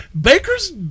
Baker's